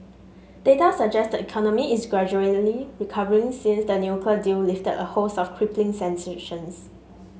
data suggest the economy is gradually recovering since the nuclear deal lifted a host of crippling sanctions